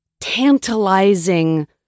tantalizing